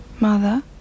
Mother